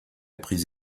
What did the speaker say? prise